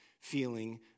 feeling